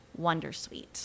wondersuite